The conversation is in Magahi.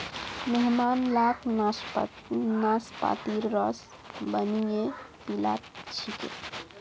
मेहमान लाक नाशपातीर रस बनइ पीला छिकि